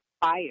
fire